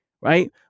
Right